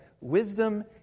wisdom